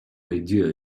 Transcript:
idea